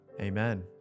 Amen